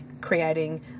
creating